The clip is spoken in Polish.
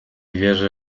wierzy